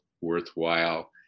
worthwhile